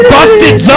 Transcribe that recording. Busted